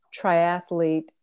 triathlete